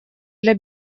для